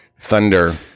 thunder